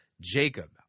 Jacob